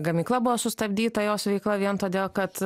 gamykla buvo sustabdyta jos veikla vien todėl kad